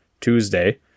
tuesday